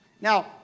Now